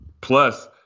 Plus